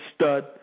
stud